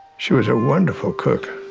she was a wonderful cook.